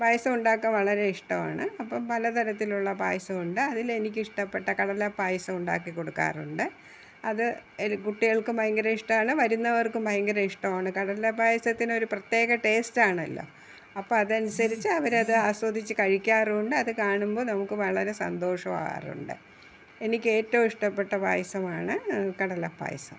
പായസം ഉണ്ടാക്കാൻ വളരെ ഇഷ്ടവാണ് അപ്പം പലതരത്തിൽ ഉള്ള പായസമുണ്ട് അതിലെനിക്ക് ഇഷ്ടപെട്ട കടല പയാസം ഉണ്ടാക്കി കൊടുക്കാറുണ്ട് അത് കുട്ടികൾക്കും ഭയങ്കര ഇഷ്ടാണ് വരുന്നവർക്കും ഭയങ്കര ഇഷ്ട്ടമാണ് കടലപ്പായസത്തിനൊര് പ്രത്യേക ടേസ്റ്റാണല്ലോ അപ്പോൾ അതനുസരിച്ച് അവരത് ആസ്വദിച്ച് കഴിക്കാറും ഉണ്ട് അത് കാണുമ്പോൾ നമുക്ക് വളരെ സന്തോഷവും ആകാറുണ്ട് എനിക്കേറ്റവും ഇഷ്ടപ്പെട്ട പായസമാണ് കടലപായസം